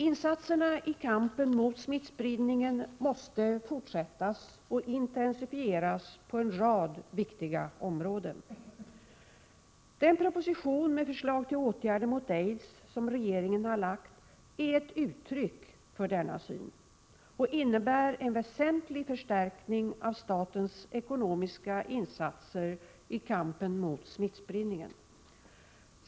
Insatserna i kampen mot smittspridningen måste fortsättas och intensifieras på en rad viktiga områden. Den proposition med förslag till åtgärder mot aids som regeringen lagt fram är ett uttryck för denna syn och innebär en väsentlig förstärkning av statens ekonomiska insatser i kampen mot smittspridningen.